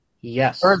Yes